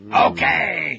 Okay